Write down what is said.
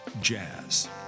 jazz